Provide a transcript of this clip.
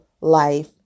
life